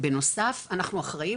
בנוסף אנחנו אחראיים,